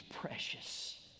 precious